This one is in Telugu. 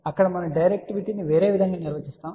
అక్కడ మనం డైరెక్టివిటీని వేరే విధంగా నిర్వచించబోతున్నాం